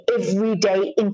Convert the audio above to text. everyday